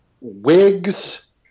wigs